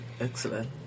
Excellent